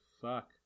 fuck